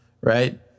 Right